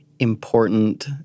important